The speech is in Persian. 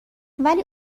ولی